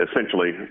essentially